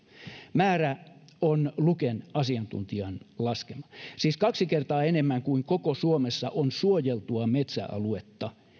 määrä on luken asiantuntijan laskema siis kaksi kertaa enemmän kuin koko suomessa on suojeltua metsäaluetta